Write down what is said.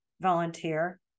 volunteer